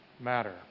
matter